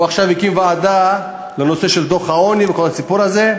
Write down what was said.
הוא הקים עכשיו ועדה לנושא דוח העוני וכל הסיפור הזה.